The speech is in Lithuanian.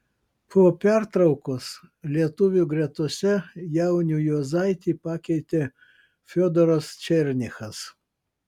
po pertraukos lietuvių gretose jaunių juozaitį pakeitė fiodoras černychas